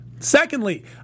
Secondly